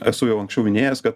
esu jau anksčiau minėjęs kad